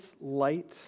light